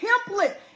template